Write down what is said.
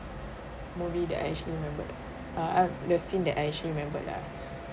movie that I actually remembered uh the scene that I actually remembered lah